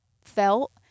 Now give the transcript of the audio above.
felt